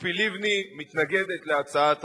ציפי לבני מתנגדת להצעת החוק.